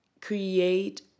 create